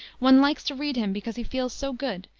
one likes to read him because he feels so good,